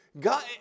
God